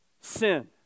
sin